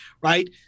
right